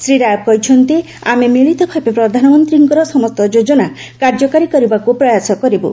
Shri Raab କହିଛନ୍ତି ଆମେ ମିଳିତ ଭାବେ ପ୍ରଧାନମନ୍ତ୍ରୀଙ୍କ ସମସ୍ତ ଯୋଜନା କାର୍ଯ୍ୟକାରୀ କରିବାକୁ ପ୍ରୟାସ କରିବୁ